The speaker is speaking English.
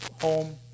home